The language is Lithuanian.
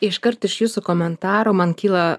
iškart iš jūsų komentaro man kyla